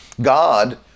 God